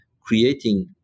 creating